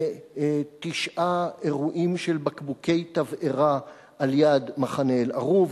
ותשעה אירועים של בקבוקי תבערה על יד מחנה אל-ערוב,